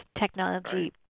technology